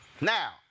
Now